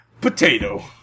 Potato